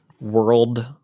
world